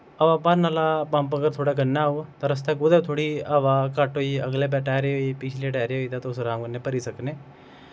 हवा भरने आह्ला पम्प अगर थुआढ़े कन्नै होग ते रस्तै कुतै बी थोह्ड़ी हवा घट्ट होई अगलै टैरे होई पिछलै टैरे होई ता तुस राम कन्नै भरी सकने